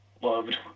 loved